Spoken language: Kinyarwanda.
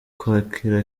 kwakira